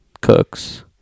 Cooks